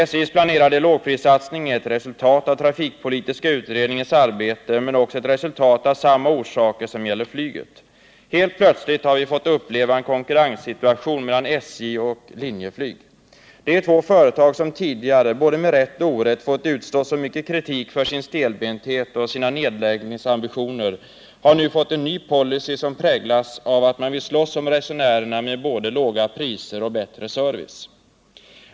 SJ:s planerade lågprissatsning är ett resultat av trafikpolitiska utredningens arbete men också ett resultat av samma omständigheter som gäller flyget. Helt plötsligt har vi fått uppleva en konkurrenssituation mellan SJ och Linjeflyg. De två företag som tidigare — med både rätt och orätt — fått utstå så mycken kritik för sin stelbenthet och sina nedläggningsambitioner har nu fått en ny policy, som präglas av att man vill slåss om resenärerna med både låga priser och bättre service.